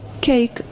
cake